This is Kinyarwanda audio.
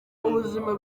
ubuzima